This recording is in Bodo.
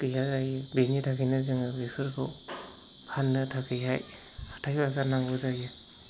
गैया जायो बिनि थाखायनो जोङो बेफोरखौ फाननो थाखाय हाथाइ बाजार नांगौ जायो